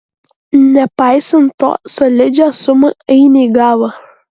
nepaisant to solidžią sumą ainiai gavo